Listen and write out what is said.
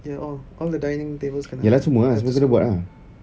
ya all all the dining table kena semua kena screw